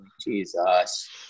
Jesus